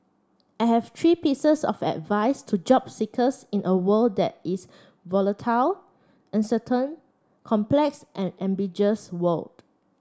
I have three pieces of advice to job seekers in a world that is volatile uncertain complex and ambiguous world